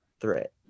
threat